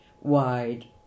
wide